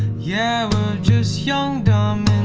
yeah, we're just young, dumb and